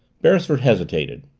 beresford hesitated.